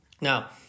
Now